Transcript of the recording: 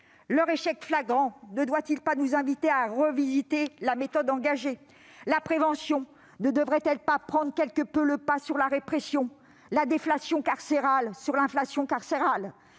Leur échec flagrant ne doit-il pas nous inviter à revisiter la méthode engagée ? La prévention ne devrait-elle pas prendre le pas sur la répression, la déflation carcérale sur l'inflation carcérale